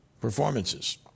performances